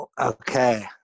Okay